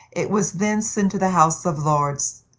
it was then sent to the house of lords.